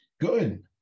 Good